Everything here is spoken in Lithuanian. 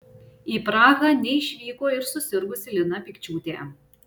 į prahą neišvyko ir susirgusi lina pikčiūtė